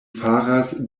faras